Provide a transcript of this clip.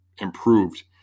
improved